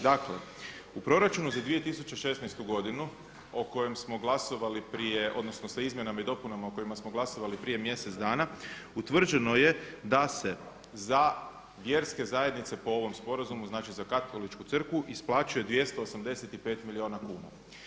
Dakle, u proračunu za 2016. godinu o kojem smo glasovali prije, odnosno sa izmjenama i dopunama o kojima smo glasovali prije mjesec dana utvrđeno je da se za vjerske zajednice po ovom sporazumu, znači za katoličku crkvu isplaćuje 285 milijuna kuna.